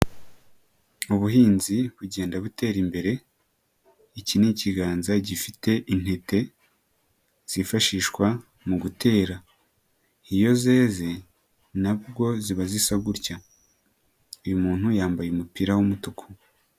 Mu buhinzi bugenda butera imbere, iki ni ikiganza gifite intete zifashishwa mu gutera, iyo zeze nabwo ziba zisa gutya, uyu muntu yambaye umupira w'umutuku.